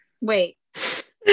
Wait